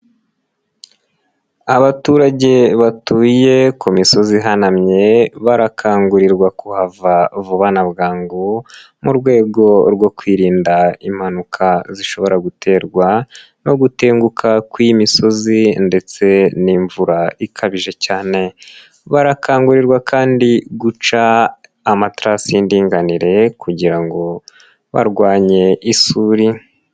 Abaturage batuye ku misozi ihanamye barakangurirwa kuhava vuba na bwangu mu rwego rwo kwirinda impanuka zishobora guterwa no gutenguka kw'imisozi ndetse n'imvura ikabije cyane barakangurirwa kandi guca amaterasi y'indinganire kugira ngo barwanye isuri.